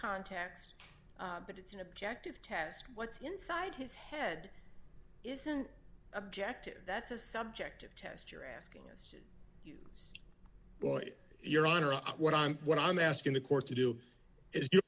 context but it's an objective test what's inside his head isn't objective that's a subjective test you're asking as well your honor of what on what i'm asking the court to do is you